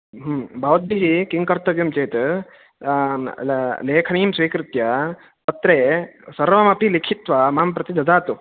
भवद्भिः किं कर्तव्यं चेत् लेखनीं स्वीकृत्य पत्रे सर्वमपि लिखित्वा मां प्रति ददातु